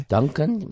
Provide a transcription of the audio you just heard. Duncan